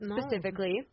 specifically